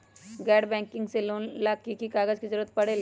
गैर बैंकिंग से लोन ला की की कागज के जरूरत पड़तै?